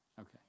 Okay